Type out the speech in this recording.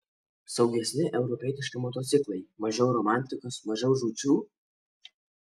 saugesni europietiški motociklai mažiau romantikos mažiau žūčių